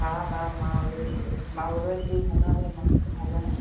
हा हा मां उर्वशी मां उर्वशी बलवाणीअ जी मम्मी थी ॻाल्हायां